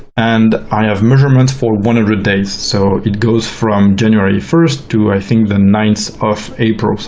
and i have measurements for one hundred days. so it goes from january first to, i think, the ninth of april,